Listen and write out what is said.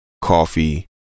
coffee